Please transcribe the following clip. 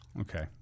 Okay